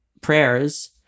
prayers